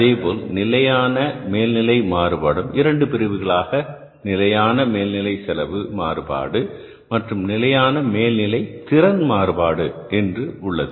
அதேபோல் நிலையான மேல்நிலை மாறுபாடும் இரண்டு பிரிவுகளாக நிலையான மேல்நிலை செலவு மாறுபாடு மற்றும் நிலையான மேல்நிலை திறன் மாறுபாடு என்று உள்ளது